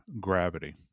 gravity